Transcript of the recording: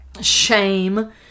shame